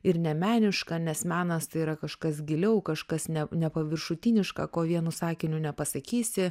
ir nemeniška nes menas tai yra kažkas giliau kažkas ne nepaviršutiniška ko vienu sakiniu nepasakysi